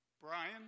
Brian